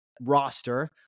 roster